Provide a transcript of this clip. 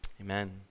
amen